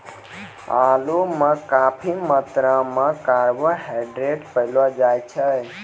आलू म काफी मात्रा म कार्बोहाइड्रेट पयलो जाय छै